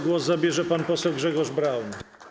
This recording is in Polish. Głos zabierze pan poseł Grzegorz Braun.